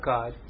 God